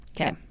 Okay